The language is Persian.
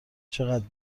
چقدر